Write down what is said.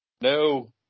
No